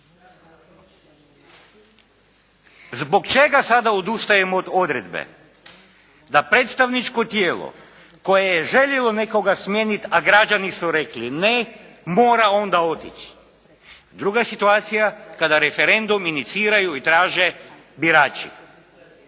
Zbog čega sada odustajemo od odredbe, da predstavničko tijelo koje je željelo nekoga smijeniti a građani su rekli ne, mora onda otići. Druga je situacija kada referendum iniciraju i traže birači.